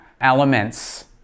elements